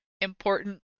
important